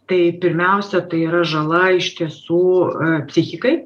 tai pirmiausia tai yra žala iš tiesų psichikai